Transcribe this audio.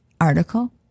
article